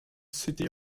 city